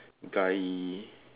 guy